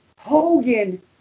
Hogan